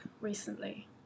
recently